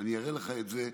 אני אראה לך את זה.